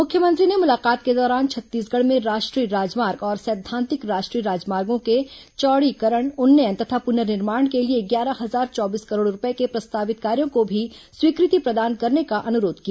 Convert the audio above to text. मुख्यमंत्री ने मुलाकात के दौरान छत्तीसगढ़ में राष्ट्रीय राजमार्ग और सैद्धांतिक राष्ट्रीय राजमार्गो के चौड़ीकरण उन्नयन तथा पुनर्निमाण के लिए ग्यारह हजार चौबीस करोड़ रूपये के प्रस्तावित कार्यों को भी स्वीकृति प्रदान करने का अनुरोध किया